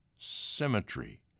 symmetry